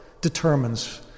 determines